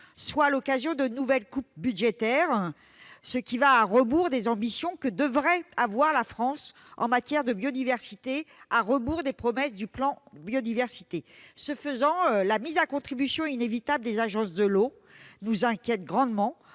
soit l'occasion de nouvelles coupes budgétaires, à rebours des ambitions que devrait avoir la France en matière de biodiversité et des promesses du plan biodiversité. La mise à contribution inévitable des agences de l'eau nous inquiète grandement,